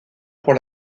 pour